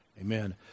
amen